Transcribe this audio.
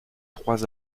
trois